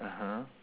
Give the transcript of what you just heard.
(uh huh)